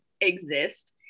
exist